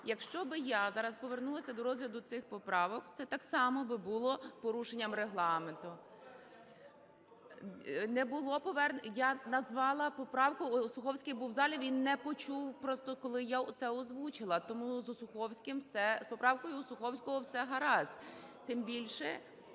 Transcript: Якщо б я зараз повернулася до розгляду цих поправок, це так само було би порушенням Регламенту. (Шум у залі) Я назвала поправку, Осуховський був в залі, він не почув просто, коли я це озвучила. Тому з поправкою Осуховського все гаразд, тим більше…